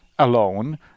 alone